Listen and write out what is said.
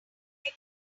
make